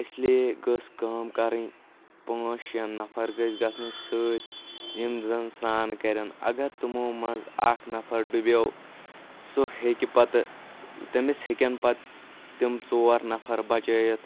اس لیے گٔژھ کأم کرٕنۍ پانٛژھ شےٚ نفر گٔژھۍ گژھٕنۍ سۭتۍ یِم زن سرٛان کرَن اگر تِمو منٛز اکھ نفر ڈُبیوو سُہ ہیٚکہِ پتہٕ تٔمِس ہٮ۪کن پتہٕ تِم ژور نفر بچأوِتھ